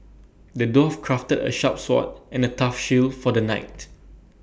the dwarf crafted A sharp sword and A tough shield for the knight